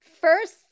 First